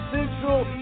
Central